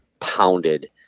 pounded